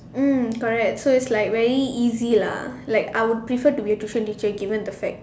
mm correct so it's like very easy lah like I would prefer to be a tuition teacher given the fact